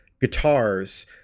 guitars